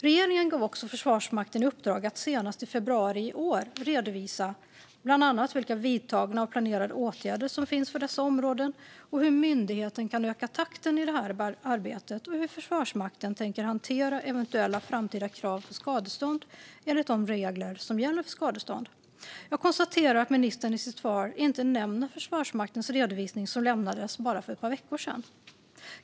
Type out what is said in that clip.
Regeringen gav också Försvarsmakten i uppdrag att senast i februari i år redovisa bland annat vilka vidtagna och planerade åtgärder som finns för dessa områden och hur myndigheten kan öka takten i arbetet och hur Försvarsmakten har tänkt hantera eventuellt framtida krav på skadestånd enligt de regler som gäller för skadestånd. Jag konstaterar att ministern i sitt svar inte nämner Försvarsmaktens redovisning som lämnades för bara ett par veckor sedan.